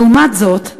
לעומת זאת,